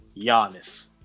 Giannis